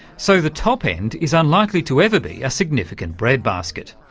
so the top end is unlikely to ever be a significant breadbasket,